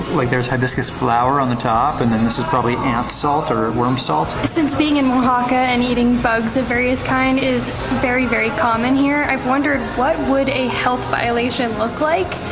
like there's hibiscus flower on the top. and then this is probably ant salt or worm salt. since being in oaxaca and eating bugs of various kinds is very, very common here. i've wondered what would a health violation look like,